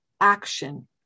action